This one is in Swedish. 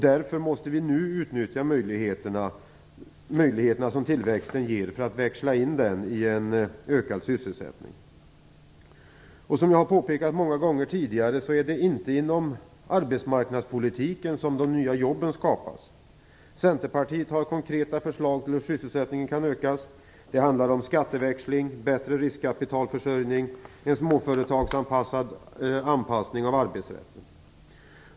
Därför måste vi nu utnyttja de möjligheter tillväxten ger genom att växla in den i en ökad sysselsättning. Som jag har påpekat många gånger tidigare är det inte inom arbetsmarknadspolitiken som de nya jobben skapas. Centerpartiet har konkreta förslag till hur sysselsättningen kan ökas. Det handlar om skatteväxling, bättre riskkapitalförsörjning och en småföretagsanpassad förändring av arbetsrätten.